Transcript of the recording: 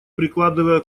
прикладывая